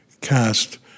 cast